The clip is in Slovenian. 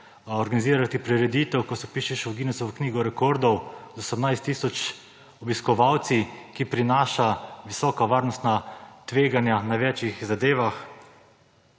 organizirati prireditev, ko se vpišeš v Guinnessovo knjigo rekordov z 18 tisoč obiskovalci, ki prinaša visoka varnostna tveganja na več zadevah,